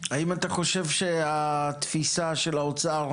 האם אתה חושב שהתפיסה של האוצר,